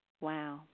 Wow